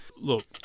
look